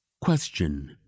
question